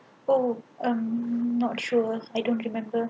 oh um not sure I don't remember